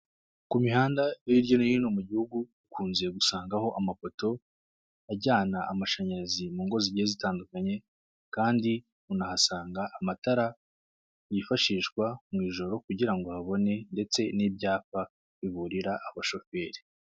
Ku mihanda hirya no hino mu gihugu ukunze gusangaho amapoto ajyana amashanyarazi mu ngo zige zitandukanye kandi unahasanga amatara yifashishwa mu ijoro kugira ngo habone ndetse n'ibyapa biburira abashoferi.